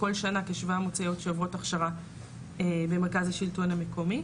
כל שנה כשבע מאות סייעות שעוברות הכשרה במרכז השלטון המקומי.